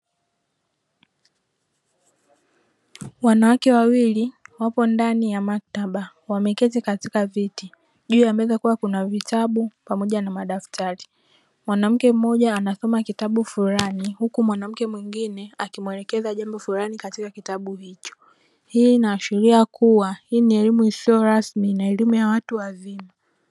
Wanawake wawili wapo ndani ya maktaba, wameketi katika viti juu ya meza kuna vitabu na madaftari, mwanamke mmoja anasoma kitabu fulani, huku mwanamke mwingine akimuelekeza jambo fulani katika kitabu hicho hii inaashiria kuwa ni elimu isiyokuwa rasmi na elimu ya watu wazima.